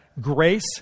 GRACE